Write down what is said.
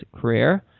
career